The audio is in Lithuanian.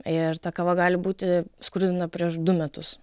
ir ta kava gali būti skurdinta prieš du metus